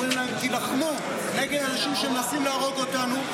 אומרים להם: תילחמו נגד אנשים שמנסים להרוג אותנו,